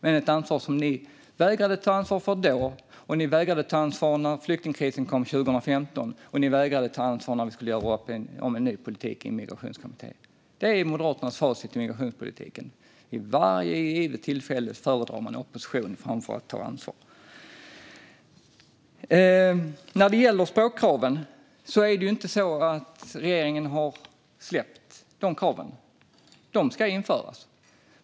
Men det var ett ansvar som ni vägrade ta. Ni vägrade också ta ansvar vid flyktingkrisen 2015, och ni vägrade ta ansvar när vi skulle göra upp om en ny politik i Migrationskommittén. Det är Moderaternas facit i migrationspolitiken. Vid varje givet tillfälle föredrar ni opposition framför att ta ansvar. Det är inte så att regeringen har släppt språkkraven. De ska införas.